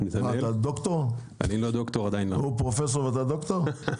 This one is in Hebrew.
הוא פרופסור ואתה דוקטור?